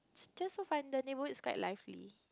just so fun the neighbourhood is quite lively